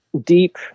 deep